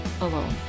alone